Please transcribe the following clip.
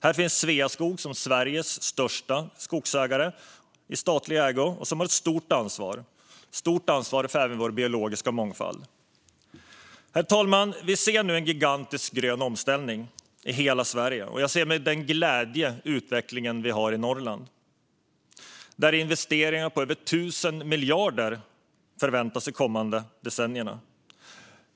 Här finns Sveaskog, Sveriges största skogsägare, i statlig ägo, med stort ansvar för vår biologiska mångfald. Herr talman! Vi ser nu en gigantisk grön omställning i hela Sverige, och jag ser med glädje den utveckling vi har i Norrland, där investeringar på över 1 000 miljarder förväntas de kommande decennierna.